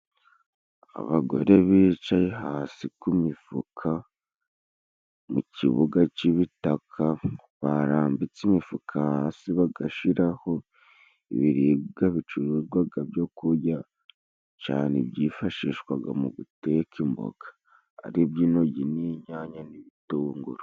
Abagore bicaye hasi ku mifuka mu kibuga cy'ibitaka, barambitse imifuka hasi bagashiraho ibiribwa bicuruzwaga byo kurya, cane ibyifashishwaga mu guteka imboga, ari ibyo intoryi n'inyanya n'ibitunguru.